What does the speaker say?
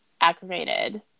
aggravated